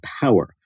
power